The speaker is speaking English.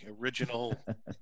original